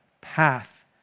path